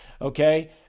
Okay